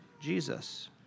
Jesus